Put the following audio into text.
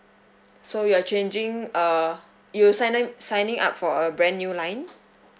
so you're changing uh you signing signing up for a brand new line